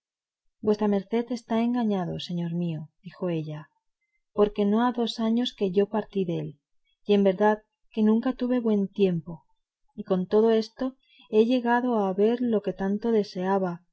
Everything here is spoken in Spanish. vuestra merced está engañado señor mío dijo ella porque no ha dos años que yo partí dél y en verdad que nunca tuve buen tiempo y con todo eso he llegado a ver lo que tanto deseaba